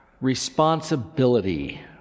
responsibility